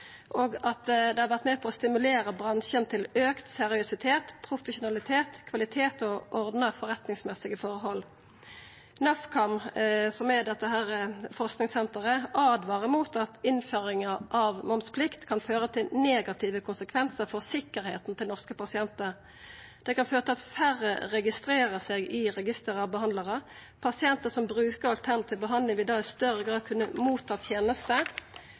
har vore med på å stimulera bransjen til auka seriøsitet, profesjonalitet, kvalitet og ordna forretningsmessige tilhøve. NAFKAM, som er dette forskingssenteret, åtvarar mot at innføringa av momsplikt kan få negative konsekvensar for sikkerheita til norske pasientar. Det kan føra til at færre behandlarar registrerer seg i registeret, og pasientar som brukar alternativ behandling, vil da i større grad kunna ta imot tenester